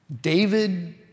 David